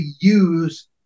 use